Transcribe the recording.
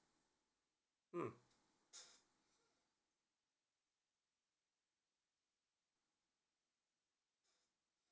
mm